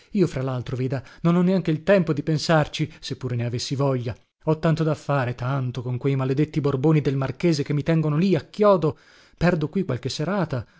io fra laltro veda non ho neanche il tempo di pensarci se pure ne avessi voglia ho tanto da fare tanto con quei maledetti borboni del marchese che mi tengono lì a chiodo perdo qui qualche serata